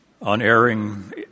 unerring